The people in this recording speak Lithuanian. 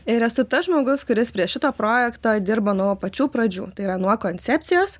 ir esu tas žmogus kuris prie šito projekto dirbo nuo pačių pradžių tai yra nuo koncepcijos